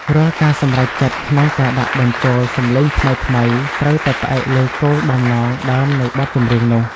រាល់ការសម្រេចចិត្តក្នុងការដាក់បញ្ចូលសំឡេងថ្មីៗត្រូវតែផ្អែកលើគោលបំណងដើមនៃបទចម្រៀងនោះ។